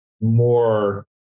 more